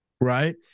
right